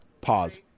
Pause